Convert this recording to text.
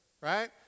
right